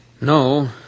No